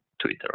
Twitter